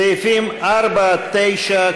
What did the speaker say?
סעיפים 4 9,